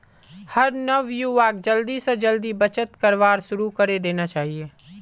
हर नवयुवाक जल्दी स जल्दी बचत करवार शुरू करे देना चाहिए